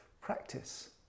practice